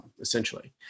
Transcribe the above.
essentially